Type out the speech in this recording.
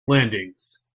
landings